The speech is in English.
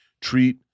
treat